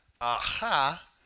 aha